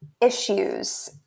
issues